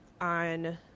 on